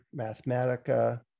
Mathematica